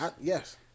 Yes